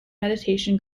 meditation